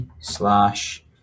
slash